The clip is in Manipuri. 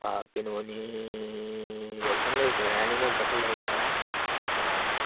ꯀꯩꯅꯣꯅꯤ ꯌꯥꯎꯁꯪ ꯂꯩꯈ꯭ꯔꯦ ꯅꯤꯡꯉꯣꯜ ꯆꯥꯛꯀꯧꯕ ꯂꯩꯈ꯭ꯔꯦ